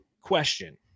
question